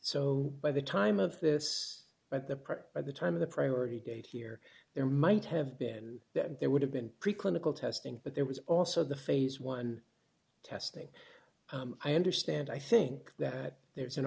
so by the time of this but the present by the time of the priority date here there might have been that there would have been pre clinical testing but there was also the phase one testing i understand i think that there's an